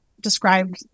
described